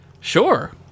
Sure